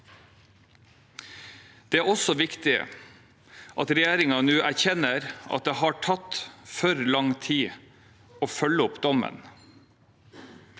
Det er også viktig at regjeringen nå erkjenner at det har tatt for lang tid å følge opp dommen.